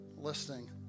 listening